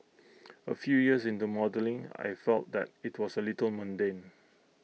A few years into modelling I felt that IT was A little mundane